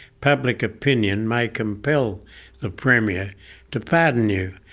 public opinion may compel the premier to pardon you.